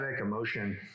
emotion